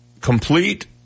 complete